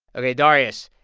ok, darius,